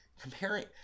Comparing